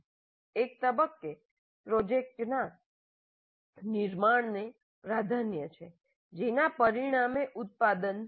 એક તબક્કે પ્રોજેક્ટનાં નિર્માણને પ્રધાન્ય છે જેના પરિણામે ઉત્પાદન થાય છે